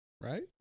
Right